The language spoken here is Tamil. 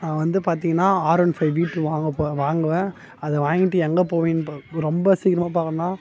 நான் வந்து பார்த்தீங்கனா ஆர்என்ஃபைவ் பிடூ வாங்க போ வாங்குவேன் அதை வாங்கிட்டு எங்கே போவீங்க போ ரொம்ப சீக்கிரமாக பார்க்கணும்னா